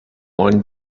one